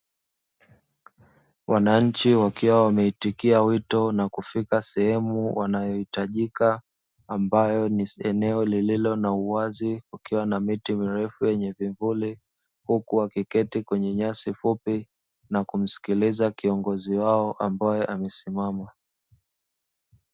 Wananchi wakiwa wameitikia wito na kufika sehemu wanayohitajika ambayo ni eneo lililo na uwazi kukiwa na miti mirefu yenye vivuli, huku wakiketi kwenye nyasi fupi na kumsikiliza kiongozi wao ambaye amesimama.